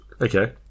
Okay